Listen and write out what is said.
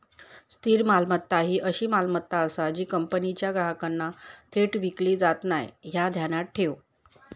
स्थिर मालमत्ता ही अशी मालमत्ता आसा जी कंपनीच्या ग्राहकांना थेट विकली जात नाय, ह्या ध्यानात ठेव